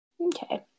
Okay